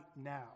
now